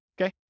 Okay